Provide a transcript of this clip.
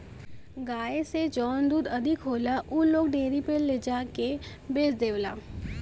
गाय से जौन दूध अधिक होला उ लोग डेयरी पे ले जाके के बेच देवला